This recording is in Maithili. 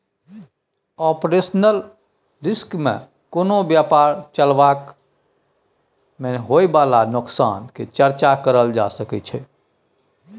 ऑपरेशनल रिस्क में कोनो व्यापार चलाबइ में होइ बाला नोकसान के चर्चा करल जा सकइ छइ